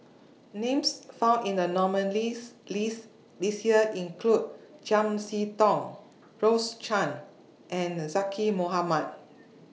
Names found in The nominees' list This Year include Chiam See Tong Rose Chan and Zaqy Mohamad